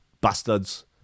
bastards